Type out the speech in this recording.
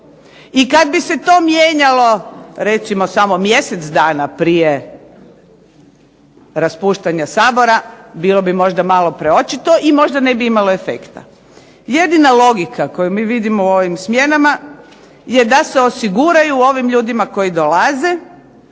I kad bi se to mijenjalo recimo samo mjesec dana prije raspuštanja Sabora, bilo bi možda malo preočito, i možda ne bi imalo efekta. Jedina logika koju mi vidimo u ovim smjenama, je da se osiguraju ovim ljudima koji dolaze